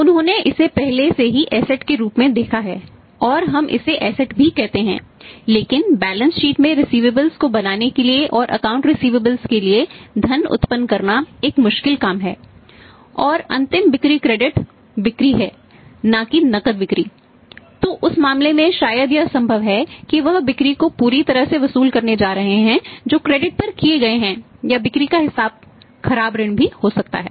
उन्होंने इसे पहले से ही एसेट पर किए गए हैं या बिक्री का हिसाब खराब ऋण भी हो सकता है